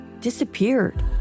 disappeared